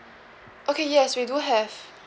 okay yes we do have